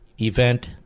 event